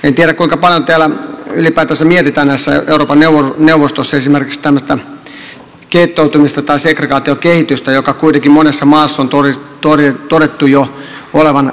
en tiedä kuinka paljon täällä ylipäätänsä mietitään euroopan neuvostossa esimerkiksi tämmöistä gettoutumista tai segregaatiokehitystä joiden kuitenkin monessa maassa on todettu jo olevan ongelmallisia